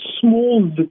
small